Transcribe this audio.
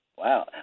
Wow